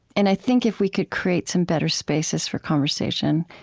and i think if we could create some better spaces for conversation,